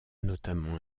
notamment